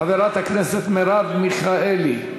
חברת הכנסת מרב מיכאלי.